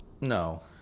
No